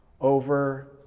over